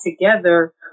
together